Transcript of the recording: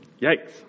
Yikes